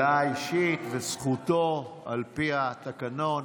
אישית וזכותו לפי התקנון.